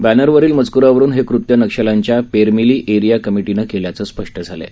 बॅनरवरील मजक्रावरुन हे कृत्य नक्षल्यांच्या पेरमिली एरिया कमिपीनं केल्याचं स्पष् झालं आहे